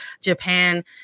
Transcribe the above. japan